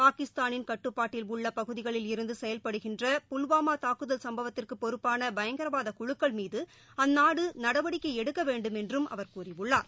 பாகிஸ்தானின் கட்டுப்பாட்டில் உள்ள பகுதிகளில் இருந்து செயல்படுகின்ற புல்வாமா தாக்குதல் சுப்பவத்திற்கு பொறுப்பான பயங்கரவாத குழுக்கள் மீது அந்நாடு நடவடிக்கை எடுக்க வேண்டும் என்றும் அவர் கூறியுள்ளார்